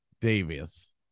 Davis